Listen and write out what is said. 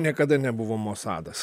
niekada nebuvo mosadas